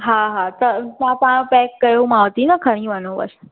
हा हा त असां तव्हां पैक कयो मां अची न खणी वञो बसि